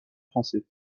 français